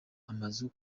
amazu